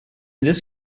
this